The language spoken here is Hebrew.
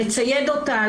לצייד אותה,